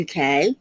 UK